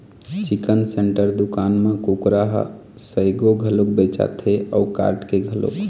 chicken centre दुकान म कुकरा ह सइघो घलोक बेचाथे अउ काट के घलोक